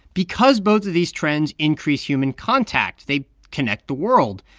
because both of these trends increase human contact, they connect the world.